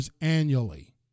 annually